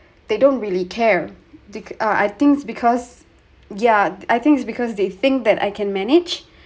they don't really care the~ I think because yeah I think it's because they think that I can manage